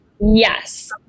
Yes